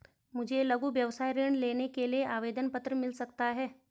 मुझे लघु व्यवसाय ऋण लेने के लिए आवेदन पत्र मिल सकता है?